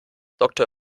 doktor